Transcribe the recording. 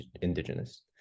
indigenous